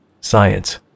science